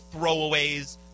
throwaways